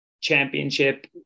championship